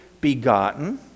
begotten